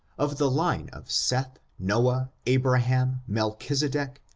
of the line of seth, noahy abraham melchisedec,